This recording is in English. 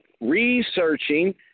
researching